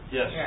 Yes